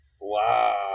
Wow